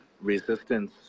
resistance